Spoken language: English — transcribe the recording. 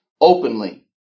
openly